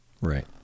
Right